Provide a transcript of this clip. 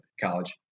college